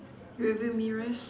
rear view mirrors